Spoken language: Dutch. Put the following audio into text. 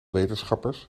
wetenschappers